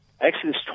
Exodus